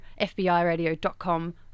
FBIRadio.com